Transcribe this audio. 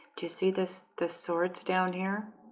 to see this the swords down here